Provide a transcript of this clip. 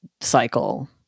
cycle